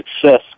success